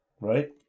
right